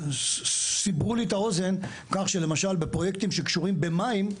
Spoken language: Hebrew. סברו לי את האוזן בכך שלמשל בפרויקטים שקשורים למים,